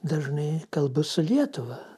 dažnai kalbu su lietuva